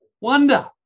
wonder